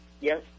Yes